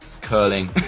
curling